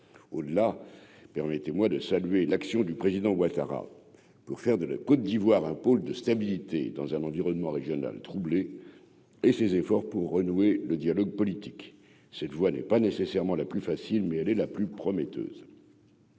oh là, permettez-moi de saluer l'action du président Ouattara pour faire de la Côte d'Ivoire, un pôle de stabilité dans un environnement régional troublé et ses efforts pour renouer le dialogue politique, cette voix n'est pas nécessairement la plus facile, mais elle est la plus prometteuse.